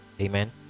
amen